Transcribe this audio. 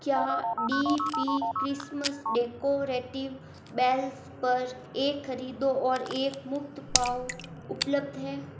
क्या D P Christmas decorative bells पर एक खरीदो और एक मुफ्त पाओ उपलब्ध है